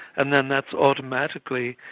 and then that's automatically,